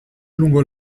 lungo